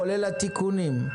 כולל התיקונים,